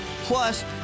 Plus